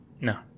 No